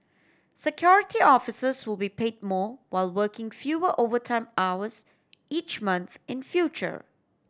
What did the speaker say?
Security Officers will be paid more while working fewer overtime hours each month in future